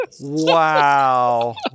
wow